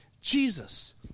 Jesus